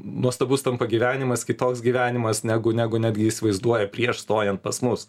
nuostabus tampa gyvenimas kitoks gyvenimas negu negu netgi įsivaizduoja prieš stojant pas mus